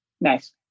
Nice